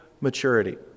maturity